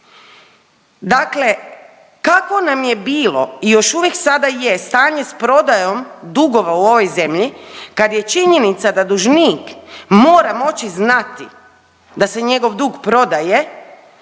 dakle kakvo nam je bilo i još uvijek sada je stanje s prodajom dugova u ovoj zemlji kad je činjenica da dužnik mora moći znati da se njegov dug prodaje,